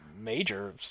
major